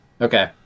Okay